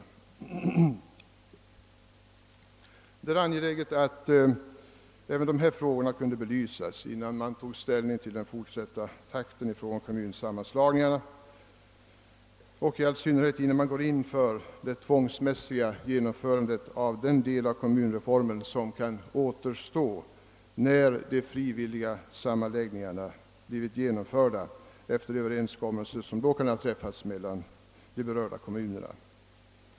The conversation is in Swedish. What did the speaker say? Det är angeläget att även dessa frågor kunnat belysas, innan man tar ställning till den fortsatta takten i fråga om kommunsammanslagningarna och i all synnerhet innan man går in för det tvångsmässiga genomförandet av den del av kommunreformen som kan återstå, när de frivilliga sammanläggningarna blivit genomförda efter överenskommelser som då kunnat träffas mellan de berörda kommunerna.